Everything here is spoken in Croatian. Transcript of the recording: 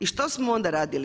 I što smo onda radili?